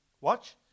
Watch